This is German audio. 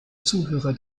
zuhörer